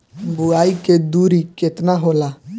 बुआई के दुरी केतना होला?